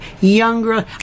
younger